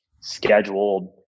scheduled